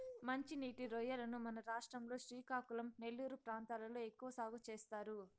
మంచి నీటి రొయ్యలను మన రాష్ట్రం లో శ్రీకాకుళం, నెల్లూరు ప్రాంతాలలో ఎక్కువ సాగు చేస్తారు